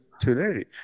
today